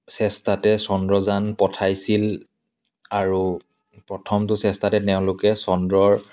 চেষ্টাতে চন্দ্ৰযান পঠাইছিল আৰু প্ৰথমটো চেষ্টাতে তেওঁলোকে চন্দ্ৰৰ